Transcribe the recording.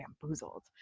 bamboozled